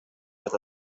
with